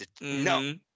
no